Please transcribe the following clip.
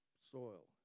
soil